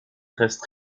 reste